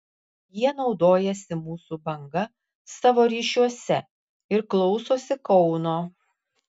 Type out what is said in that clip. jie naudojasi mūsų banga savo ryšiuose ir klausosi kauno